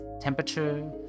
Temperature